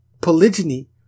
Polygyny